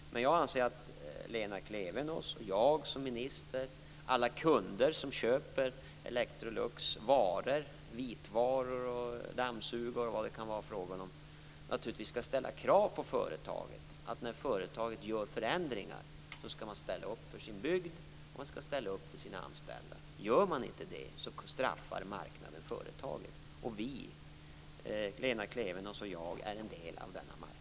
Jag anser att Lena Klevenås och jag som minister och alla kunder som köper Electrolux varor - vitvaror och dammsugare och vad det kan vara frågan om - skall ställa krav på företaget. När företaget gör förändringar skall man ställa upp för sin bygd och för sina anställda. Gör man inte det straffar marknaden företaget. Lena Klevenås och jag är en del av denna marknad.